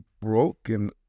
broken